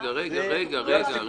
רגע, רגע.